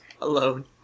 alone